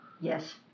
Yes